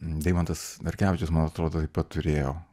deimantas narkevičius man atrodo taip pat turėjo